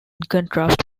contrast